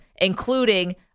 including